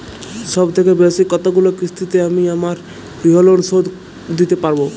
সবথেকে বেশী কতগুলো কিস্তিতে আমি আমার গৃহলোন শোধ দিতে পারব?